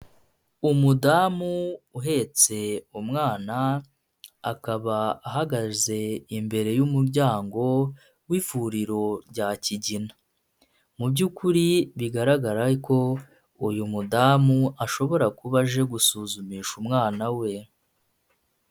Umudamu uhetse umwana akaba ahagaze imbere y'umuryango w'ivuriro rya Kigina. Mu byukuri bigaragara yuko, uyu mudamu ashobora kuba aje gusuzumisha umwana we.